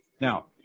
Now